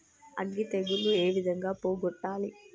అగ్గి తెగులు ఏ విధంగా పోగొట్టాలి?